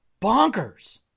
Bonkers